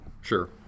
Sure